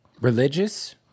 religious